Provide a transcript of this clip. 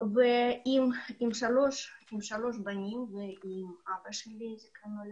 עם שלושה בנים ועם אבא שלי זיכרונו לברכה.